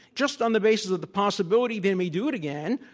just on the basis of the possibility they may do it again,